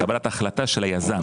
בקבלת החלטה של היזם.